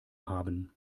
haben